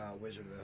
Wizard